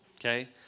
Okay